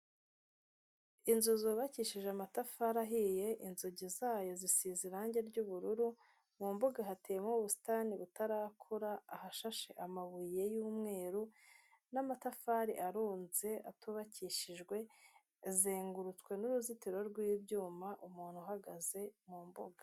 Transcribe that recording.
Inzu zubakishije amatafari ahiye, inzugi zayo zisize irangi ry'ubururu, mu mbuga hateyemo ubusitani butarakura, ahashashe amabuye y'umweru n'amatafari arunze atubakishijwe hazengurutswe n'uruzitiro rw'ibyuma, umuntu uhagaze mu mbuga.